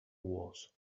was